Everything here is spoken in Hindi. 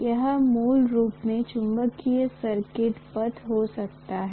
यह मूल रूप से चुंबकीय सर्किट पथ हो सकता है